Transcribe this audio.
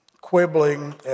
quibbling